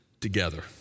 together